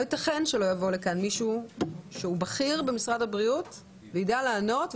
לא יתכן שלא יבוא לכאן מישהו שהוא בכיר במשרד הבריאות וידע לענות,